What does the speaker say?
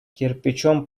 кирпичом